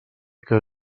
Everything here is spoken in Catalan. que